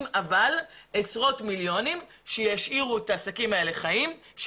שקלים אבל עשרות מיליוני שקלים שישאירו את העסקים האלה חיים,